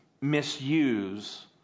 misuse